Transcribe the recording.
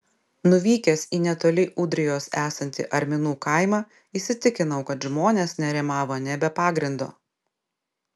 nuvykęs į netoli ūdrijos esantį arminų kaimą įsitikinau kad žmonės nerimavo ne be pagrindo